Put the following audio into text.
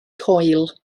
coil